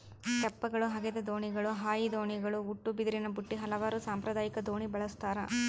ತೆಪ್ಪಗಳು ಹಗೆದ ದೋಣಿಗಳು ಹಾಯಿ ದೋಣಿಗಳು ಉಟ್ಟುಬಿದಿರಿನಬುಟ್ಟಿ ಹಲವಾರು ಸಾಂಪ್ರದಾಯಿಕ ದೋಣಿ ಬಳಸ್ತಾರ